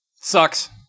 Sucks